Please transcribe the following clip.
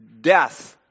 death